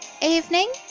evening